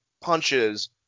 punches